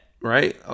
right